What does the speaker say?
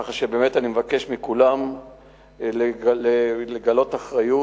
ככה שבאמת אני מבקש מכולם לגלות אחריות.